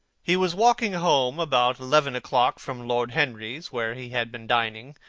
he was walking home about eleven o'clock from lord henry's, where he had been dining,